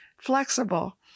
flexible